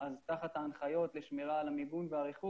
אז תחת ההנחיות לשמירה על המיגון והריחוק